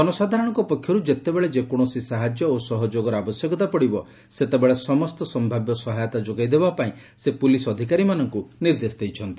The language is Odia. ଜନସାଧାରଣଙ୍କ ପକ୍ଷରୁ ଯେତେବେଳେ ଯେକୌଣସି ସାହାଯ୍ୟ ଓ ସହଯୋଗର ଆବଶ୍ୟକତା ପଡିବ ସେତେବେଳେ ସମସ୍ତ ସମ୍ଭାବ୍ୟ ସହାୟତା ଯୋଗାଇଦେବା ପାଇଁ ସେ ପୁଲିସ ଅଧିକାରୀମାନଙ୍କୁ ନିର୍ଦ୍ଦେଶ ଦେଇଛନ୍ତି